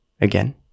again